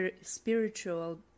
spiritual